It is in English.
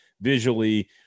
Visually